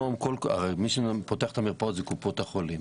מי שפותח את המרפאות אלה קופות החולים.